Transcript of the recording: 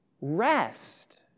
Rest